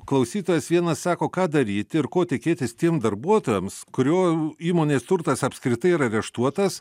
klausytojas vienas sako ką daryti ir ko tikėtis tiem darbuotojams kurių įmonės turtas apskritai yra areštuotas